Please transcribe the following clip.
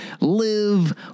live